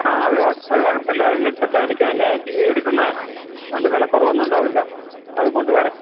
ആ അത് അതു കുഴപ്പമില്ല അതിന് ഇപ്പോഴത്തെ വിലയ്ക്കു തന്നെ എടുക്കുന്നതാണ് അതുകൊണ്ട് വിലക്കുറവൊന്നും ഉണ്ടാവില്ല അതും കൊണ്ടുപോരേ